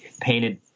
painted